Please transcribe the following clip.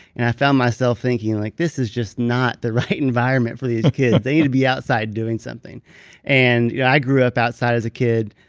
and i found myself thinking, like this is just not the right environment for these kids. they need to be outside doing something and yeah i grew up outside as a kid.